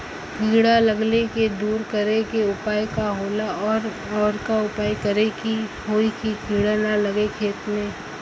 कीड़ा लगले के दूर करे के उपाय का होला और और का उपाय करें कि होयी की कीड़ा न लगे खेत मे?